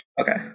Okay